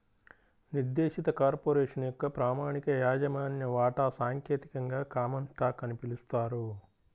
నిర్దేశిత కార్పొరేషన్ యొక్క ప్రామాణిక యాజమాన్య వాటా సాంకేతికంగా కామన్ స్టాక్ అని పిలుస్తారు